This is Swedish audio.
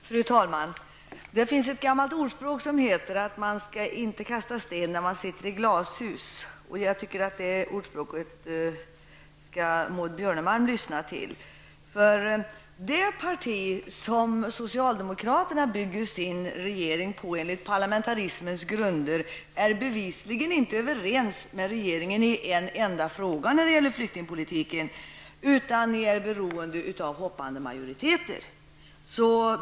Fru talman! Man skall inte kasta sten när man sitter i glashus, lyder ett gammalt ordspråk. Jag tycker att Maud Björnemalm skall ta till sig det ordspråket. Det parti som socialdemokraterna bygger sin regering på enligt parlamentarismens grunder är bevisligen inte överens med regeringen i en enda fråga som rör flyktingpolitiken. I stället är man beroende av hoppande majoriteter.